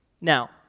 Now